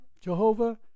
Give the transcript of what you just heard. Jehovah